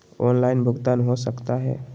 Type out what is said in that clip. Online भुगतान हो सकता है?